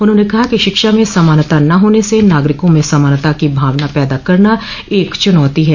उन्होंने कहा कि शिक्षा में समानता न होने से नागरिकों में समानता की भावना पैदा करना एक चुनौती हैं